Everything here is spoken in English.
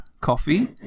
coffee